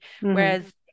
Whereas